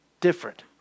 different